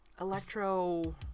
electro